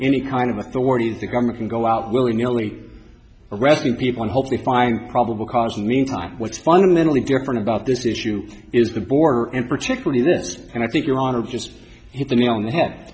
any kind of authorities the government can go out willy nilly arresting people hope they find probable cause and meantime what's fundamentally different about this issue is the border and particularly this and i think your honor just hit the nail on the ha